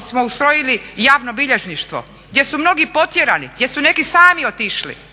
smo ustrojili javno bilježništvo, gdje su mnogi potjerani, gdje su neki sami otišli